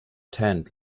tent